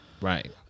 Right